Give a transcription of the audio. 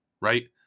right